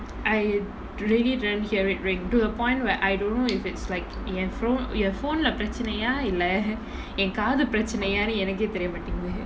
I really didn't hear it ring to a point where I don't know if it's like என்:en phone phone leh பிரச்சினையா இல்ல என் காது பிரச்சினையானு எனக்கே தெரிய மாட்டிங்குது:pirachinaiyaa illa en kaathu pirachinaiyaanu enakkae theriya maatinguthu